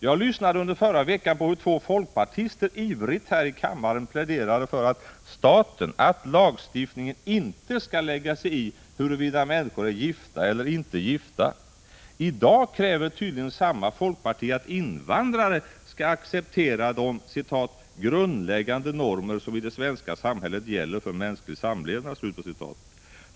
Jag lyssnade under förra veckan på hur två folkpartister ivrigt här i kammaren pläderade för att staten, dvs. lagstiftningen, inte skall lägga sig i huruvida människor är gifta eller inte gifta. I dag kräver tydligen samma folkparti att invandrarna skall acceptera de ”grundläggande normer som i det svenska samhället gäller för mänsklig samlevnad”.